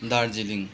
Darjeeling